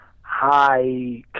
high